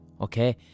Okay